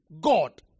God